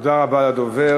תודה רבה לדובר.